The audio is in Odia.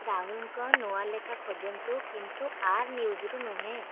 ରାହୁଲଙ୍କ ନୂଆ ଲେଖା ଖୋଜନ୍ତୁ କିନ୍ତୁ ଆର୍ ନ୍ୟୁଜ୍ରୁ ନୁହେଁ